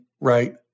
right